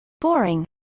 Boring